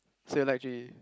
so you like Jun-Yi